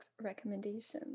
recommendations